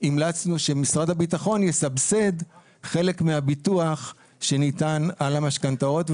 המלצנו שמשרד הביטחון יסבסד חלק מהביטוח שניתן על המשכנתאות,